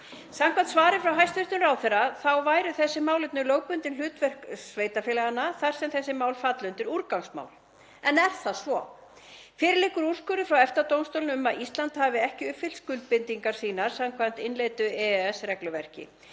Samkvæmt svari frá hæstv. ráðherra þá eru þessi málefni lögbundin hlutverk sveitarfélaganna þar sem þessi mál falla undir úrgangsmál. En er það svo? Fyrir liggur úrskurður frá EFTA-dómstólnum um að Ísland hafi ekki uppfyllt skuldbindingar sínar samkvæmt innleiddu EES-regluverki.